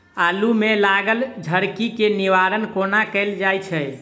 आलु मे लागल झरकी केँ निवारण कोना कैल जाय छै?